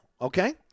okay